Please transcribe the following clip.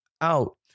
out